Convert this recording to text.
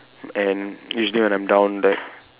and usually when I'm down like